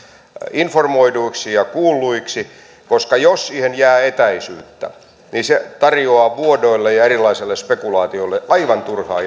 informoiduiksi ja kuulluiksi jos siihen jää etäisyyttä niin se tarjoaa vuodoille ja erilaiselle spekulaatiolle aivan turhaa